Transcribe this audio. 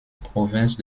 province